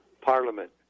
parliament